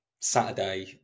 Saturday